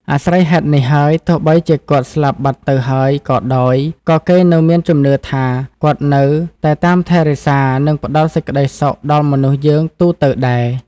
អាស្រ័យហេតុនេះហើយ ទោះបីជាគាត់ស្លាប់បាត់ទៅហើយក៏ដោយ ក៏គេនៅមានជំនឿថាគាត់នៅតែតាមថែរក្សា និងផ្តល់សេចក្តីសុខដល់មនុស្សយើងទូទៅដែរ។